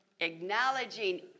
acknowledging